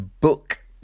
book